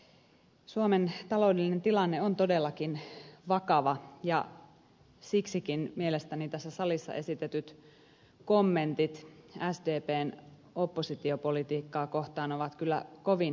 suomen taloudellinen tilanne on todellakin vakava ja siksikin mielestäni tässä salissa esitetyt kommentit sdpn oppositiopolitiikkaa kohtaan ovat kyllä kovin hämmentäviä